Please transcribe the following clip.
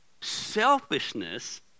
Selfishness